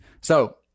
So-